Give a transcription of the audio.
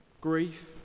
grief